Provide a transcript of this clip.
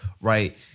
right